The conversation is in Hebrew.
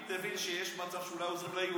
לפיד הבין שיש מצב שאולי הוא עוזר ליהודים,